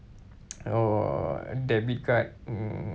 or a debit card mm